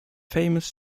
famous